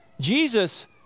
Jesus